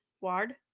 Ward